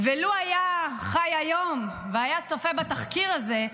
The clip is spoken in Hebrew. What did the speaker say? לו היה חי היום והיה צופה בתחקיר הזה,